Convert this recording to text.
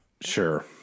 Sure